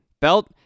Belt